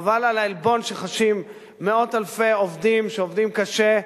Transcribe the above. חבל על העלבון שחשים מאות אלפי עובדים שעובדים קשה,